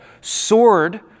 sword